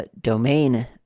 domain